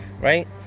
right